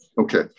Okay